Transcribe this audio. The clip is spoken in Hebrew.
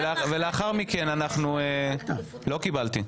לא קיבלת?